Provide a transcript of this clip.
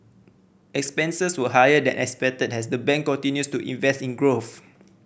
expenses were higher than expected as the bank continues to invest in growth